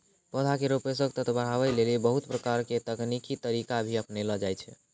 पौधा केरो पोषक तत्व बढ़ावै लेलि बहुत प्रकारो के तकनीकी तरीका भी अपनैलो जाय छै